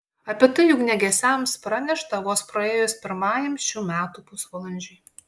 apie tai ugniagesiams pranešta vos praėjus pirmajam šių metų pusvalandžiui